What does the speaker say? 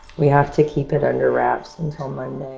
we have to keep it under wraps until monday.